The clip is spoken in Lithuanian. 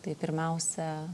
tai pirmiausia